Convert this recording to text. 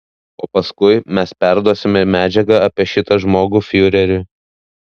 o paskui mes perduosime medžiagą apie šitą žmogų fiureriui